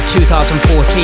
2014